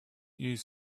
use